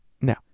No